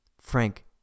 Frank